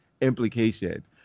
implication